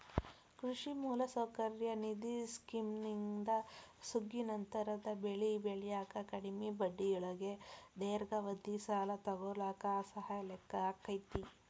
ಕೃಷಿ ಮೂಲಸೌಕರ್ಯ ನಿಧಿ ಸ್ಕಿಮ್ನಿಂದ ಸುಗ್ಗಿನಂತರದ ಬೆಳಿ ಬೆಳ್ಯಾಕ ಕಡಿಮಿ ಬಡ್ಡಿಯೊಳಗ ದೇರ್ಘಾವಧಿ ಸಾಲ ತೊಗೋಳಾಕ ಸಹಾಯ ಆಕ್ಕೆತಿ